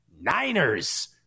Niners